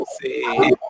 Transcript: see